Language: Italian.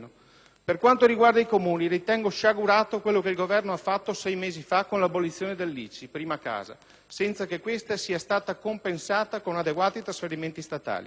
Per quanto riguarda i Comuni, ritengo sciagurato quello che il Governo ha fatto sei mesi fa con l'abolizione dell'ICI sulla prima casa, senza che questa sia stata compensata con adeguati trasferimenti statali.